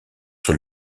sur